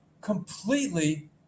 completely